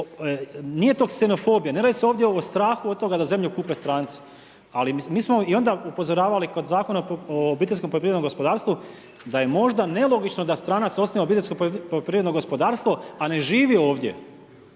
nije to ksenofobija, ne radi se ovdje o strahu od toga da zemlju kupe stranci. Ali mi smo i onda upozoravali kod zakona o OPG-u da je možda nelogično da stranac osnuje OPG, a ne živi ovdje.